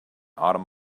autumn